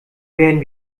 werden